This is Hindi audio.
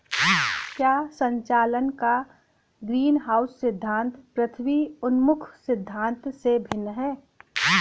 क्या संचालन का ग्रीनहाउस सिद्धांत पृथ्वी उन्मुख सिद्धांत से भिन्न है?